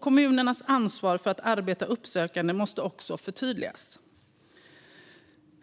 Kommunernas ansvar för att arbeta uppsökande måste också förtydligas.